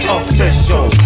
official